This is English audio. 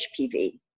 HPV